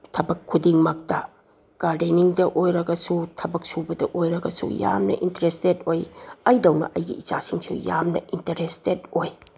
ꯊꯕꯛ ꯈꯨꯗꯤꯡꯃꯛꯇ ꯒꯥꯔꯗꯦꯟꯅꯤꯡꯗ ꯑꯣꯏꯔꯒꯁꯨ ꯊꯕꯛ ꯁꯨꯕꯗ ꯑꯣꯏꯔꯒꯁꯨ ꯌꯥꯝꯅ ꯏꯟꯇꯔꯦꯁꯇꯦꯠ ꯑꯣꯏ ꯑꯩꯗꯧꯅ ꯑꯩꯒꯤ ꯏꯆꯥꯁꯤꯡꯁꯨ ꯌꯥꯝꯅ ꯏꯟꯇꯔꯦꯁꯇꯦꯠ ꯑꯣꯏ